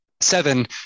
seven